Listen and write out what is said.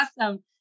awesome